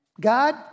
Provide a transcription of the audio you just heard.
God